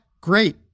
great